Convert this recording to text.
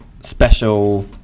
special